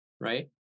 right